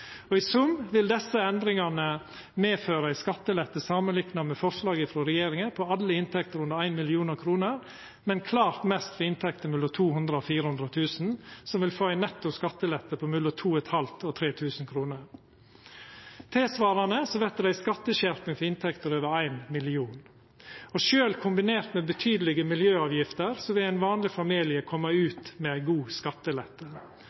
og trygdeavgift.I sum vil desse endringane medføra ein skattelette samanlikna med forslaget frå regjeringa for alle inntekter under 1 mill. kr, men klart mest for inntekter mellom 200 000 kr og 400 000 kr, som vil få ein netto skattelette på mellom 2 500 kr og 3 000 kr. Tilsvarande vert det ei skatteskjerping for inntekter over 1 mill. kr. Sjølv kombinert med betydelege miljøavgifter vil ein vanleg familie koma ut med ein god skattelette